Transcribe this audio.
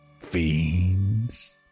fiends